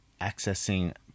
accessing